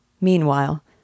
Meanwhile